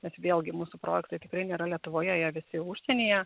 bet vėlgi mūsų projektai tikrai nėra lietuvoje jie visi užsienyje